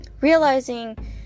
realizing